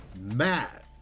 Matt